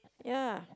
ya